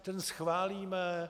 Ten schválíme.